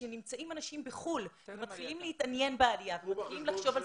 כשהאנשים נמצאים בחו"ל ומתחילים להתעניין בעלייה ומתחילים לחשוב על זה?